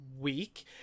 week